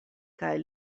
kaj